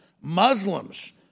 Muslims